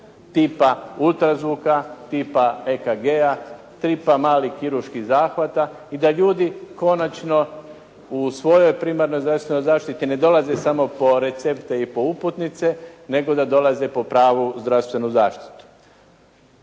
tipa ultrazvuka, tipa EKG-a, tipa malih kirurških zahvata i da ljudi konačno u svojoj primarnoj zdravstvenoj zaštiti ne dolaze samo po recepte i po uputnice, nego da dolaze po pravu zdravstvenu zaštitu.